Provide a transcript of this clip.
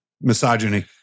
Misogyny